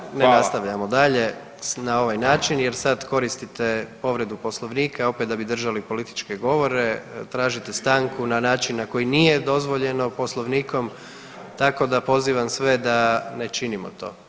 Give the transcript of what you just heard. Ja vas molim da ne nastavljamo dalje na ovaj način jer sad koristite povredu Poslovnika opet da bi držali političke govore, tražite stanku na način na koji nije dozvoljeno Poslovnikom, tako da pozivam sve da ne činimo to.